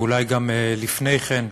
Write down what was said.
ואולי גם לפני כן.